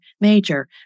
major